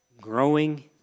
growing